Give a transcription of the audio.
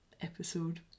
episode